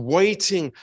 waiting